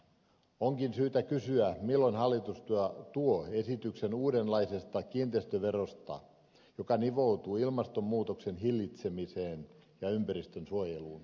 onkin syytä kysyä milloin hallitus tuo esityksen uudenlaisesta kiinteistöverosta joka nivoutuu ilmastonmuutoksen hillitsemiseen ja ympäristönsuojeluun